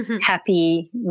happy